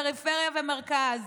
פריפריה ומרכז.